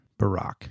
Barack